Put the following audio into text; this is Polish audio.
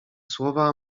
słowa